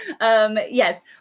Yes